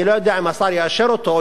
אני לא יודע אם השר יאשר אותו,